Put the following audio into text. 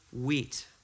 Wheat